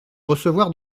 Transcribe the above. recevoir